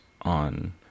on